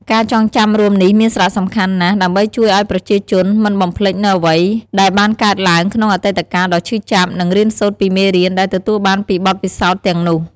ការចងចាំរួមនេះមានសារៈសំខាន់ណាស់ ដើម្បីជួយឲ្យប្រជាជន មិនបំភ្លេចនូវអ្វីដែលបានកើតឡើង ក្នុងអតីតកាលដ៏ឈឺចាប់ និង រៀនសូត្រពីមេរៀន ដែលទទួលបានពីបទពិសោធន៍ទាំងនោះ។